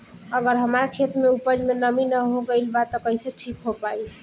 अगर हमार खेत में उपज में नमी न हो गइल बा त कइसे ठीक हो पाई?